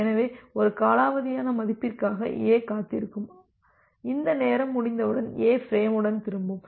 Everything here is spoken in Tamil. எனவே ஒரு காலாவதியான மதிப்பிற்காக A காத்திருக்கும் இந்த நேரம் முடிந்தவுடன் A ஃபிரேமுடன் திரும்பும்